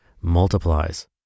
multiplies